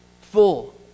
Full